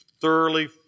thoroughly